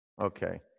Okay